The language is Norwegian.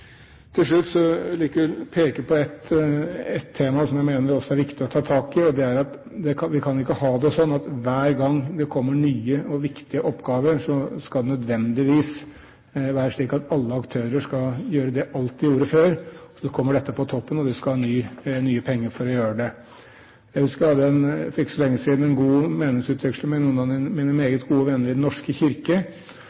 tema som jeg mener det er viktig å ta tak i. Det er at vi ikke kan ha det sånn at hver gang det kommer nye og viktige oppgaver, skal det nødvendigvis være slik at alle aktører skal gjøre alt de gjorde før, så kommer dette på toppen, og de skal ha nye penger for å gjøre det. Jeg hadde for ikke lenge siden en god meningsutveksling med noen av mine meget gode venner i Den